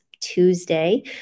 Tuesday